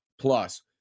Plus